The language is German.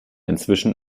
inzwischen